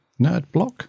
Nerdblock